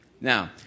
Now